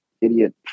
idiot